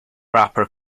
wrapper